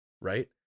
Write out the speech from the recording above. Right